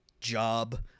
job